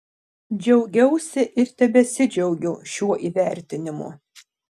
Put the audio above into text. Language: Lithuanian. džiaugiausi ir tebesidžiaugiu šiuo įvertinimu